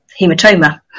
hematoma